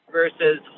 versus